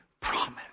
promise